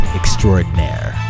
extraordinaire